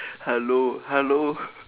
hello hello